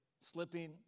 slipping